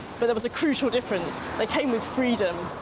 but there was a crucial difference, they came with freedom,